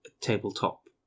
tabletop